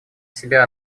себя